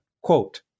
Quote